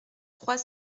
trois